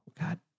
God